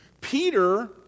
Peter